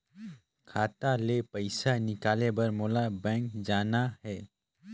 खाता ले पइसा निकाले बर मोला बैंक जाना हे?